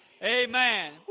Amen